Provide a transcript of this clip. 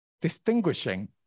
distinguishing